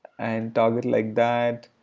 and target like that.